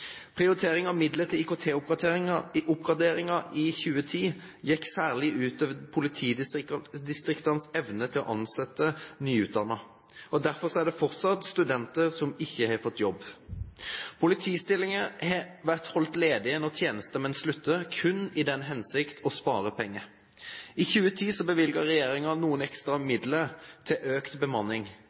Prioritering av midler til IKT-oppgraderinger i 2010 gikk særlig ut over politidistriktenes evne til å ansette nyutdannede. Derfor er det fortsatt studenter som ikke har fått jobb. Politistillinger har vært holdt ledige når tjenestemenn slutter, kun i den hensikt å spare penger. I 2010 bevilget regjeringen noen ekstra midler til økt bemanning,